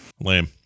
Lame